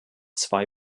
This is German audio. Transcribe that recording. zwei